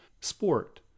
sport